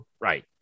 right